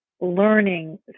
learning